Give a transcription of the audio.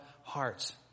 hearts